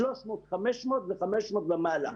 מ-300 עד 500 ו-500 ומעלה.